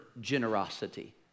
generosity